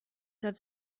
have